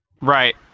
Right